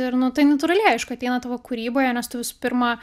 ir nu tai natūraliai aišku ateina tavo kūryboje nes tu visų pirma